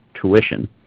tuition